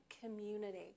community